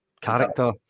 character